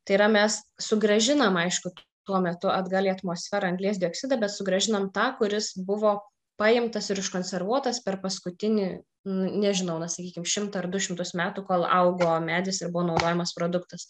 tai yra mes sugrąžinam aišku tuo metu atgal į atmosferą anglies dioksidą bet sugrąžiname tą kuris buvo paimtas ir užkonservuotas per paskutinį nežinau na sakykime šimtą ar du šimtus metų kol augo medis ir buvo naudojamas produktas